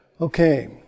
Okay